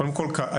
קודם כל,